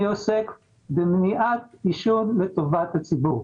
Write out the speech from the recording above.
אני עוסק במניעת עישון לטובת הציבור.